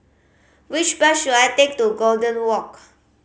which bus should I take to Golden Walk